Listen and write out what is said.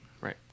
right